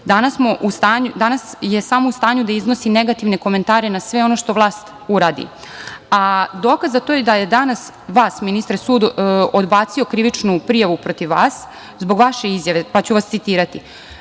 je samo u stanju da iznosi negativne komentare na sve ono što vlast uradi. Dokaz za to je da je danas vas, ministre, sud odbacio krivičnu prijavu protiv vas zbog vaše izjave, pa ću vas citirati